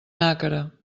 nàquera